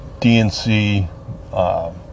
dnc